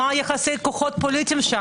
מה יחסי הכוחות הפוליטיים שם?